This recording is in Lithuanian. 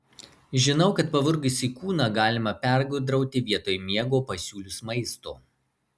žinau kad pavargusį kūną galima pergudrauti vietoj miego pasiūlius maisto